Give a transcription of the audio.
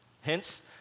Hence